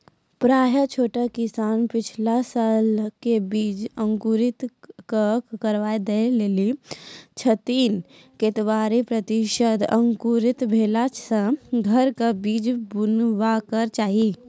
प्रायः छोट किसान पिछला सालक बीज अंकुरित कअक देख लै छथिन, केतबा प्रतिसत अंकुरित भेला सऽ घरक बीज बुनबाक चाही?